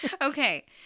Okay